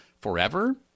forever